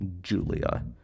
Julia